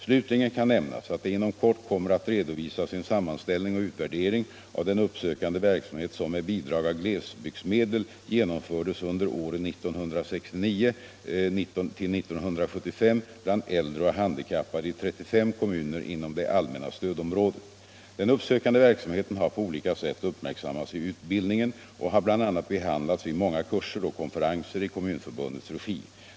Slutligen kan nämnas att det inom kort kommer att redovisas en sammanställning och utvärdering av den uppsökande verksamhet som med bidrag av glesbygdsmedel genomfördes under åren 1969-1975 bland äldre och handikappade i 35 kommuner inom det allmänna stödområdet. Den uppsökande verksamheten har på olika sätt uppmärksammats i utbildningen och har bl.a. behandlats vid många kurser och konferenser i Kommunförbundets regi.